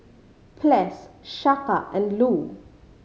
Ples Chaka and Lou